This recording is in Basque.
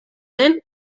den